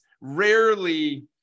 rarely